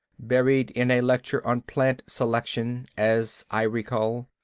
buried in a lecture on plant selection, as i recall.